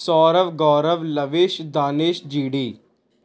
Saurav Gaurav Lavish Danish ਜੀੜੀ